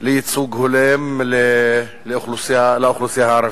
לייצוג הולם לאוכלוסייה הערבית.